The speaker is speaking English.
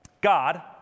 God